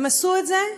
הם עשו את זה,